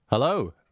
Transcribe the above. Hello